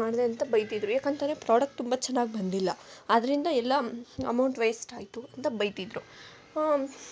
ಮಾಡ್ದೆ ಅಂತ ಬೈತಿದ್ರು ಯಾಕೆಂತಂದ್ರೆ ಪ್ರೋಡಕ್ಟ್ ತುಂಬ ಚೆನ್ನಾಗಿ ಬಂದಿಲ್ಲ ಅದ್ರಿಂದ ಎಲ್ಲ ಅಮೌಂಟ್ ವೇಸ್ಟ್ ಆಯ್ತು ಅಂತ ಬೈತಿದ್ರು